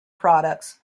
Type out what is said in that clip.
products